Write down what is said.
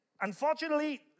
Unfortunately